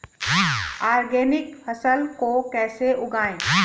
Organic फसल को कैसे उगाएँ?